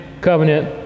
covenant